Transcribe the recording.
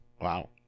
Wow